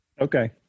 Okay